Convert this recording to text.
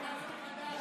איתן, אל תמציא